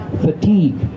fatigue